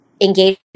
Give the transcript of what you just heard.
engage